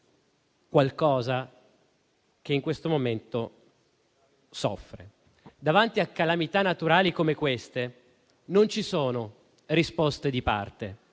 qualcuno che in questo momento soffre. Davanti a calamità naturali come queste non ci sono risposte di parte,